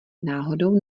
náhodou